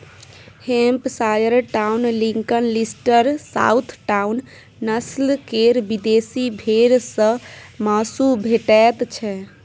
Hampshire Down, Lincoln, Leicester, Southdown, नस्ल केर विदेशी भेंड़ सँ माँसु भेटैत छै